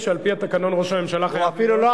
בזה, שמכר חלבה ב-100 שקל לקילו.